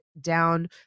down